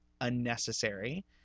unnecessary